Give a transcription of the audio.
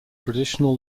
traditional